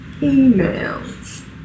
emails